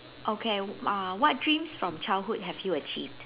okay uh what dreams from childhood have you achieved